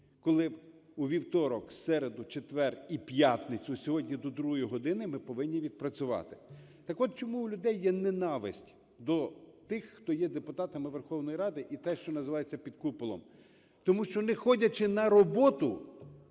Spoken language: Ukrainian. коли у вівторок, середу, четвер і п'ятницю сьогодні до другої години ми повинні відпрацювати. Так от чому у людей є ненависть до тих, хто є депутатами Верховної Ради, і те, що називається "під куполом". Тому що не ходячи на роботу,